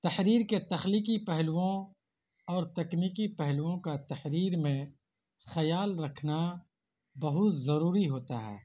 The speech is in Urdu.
تحریر کے تخلیقی پہلوؤں اور تکنیکی پہلوؤں کا تحریر میں خیال رکھنا بہت ضروری ہوتا ہے